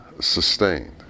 sustained